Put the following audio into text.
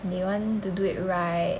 they want to do it right